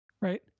Right